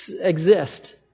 exist